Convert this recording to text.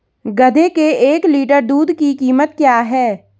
गधे के एक लीटर दूध की कीमत क्या है?